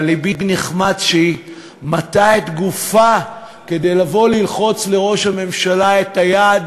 אבל לבי נחמץ שהיא מטה את גופה כדי לבוא ללחוץ לראש הממשלה את היד,